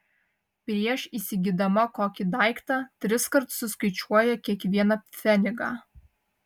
prieš įsigydama kokį daiktą triskart suskaičiuoja kiekvieną pfenigą